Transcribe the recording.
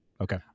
okay